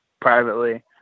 privately